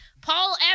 Paul